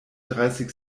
dreißig